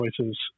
choices